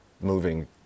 moving